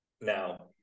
now